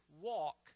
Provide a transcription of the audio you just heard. walk